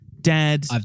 Dad